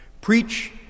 Preach